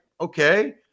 okay